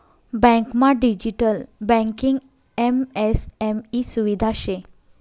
बँकमा digital banking MSME सुविधा शे